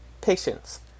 patience